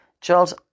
Charles